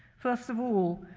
first of all,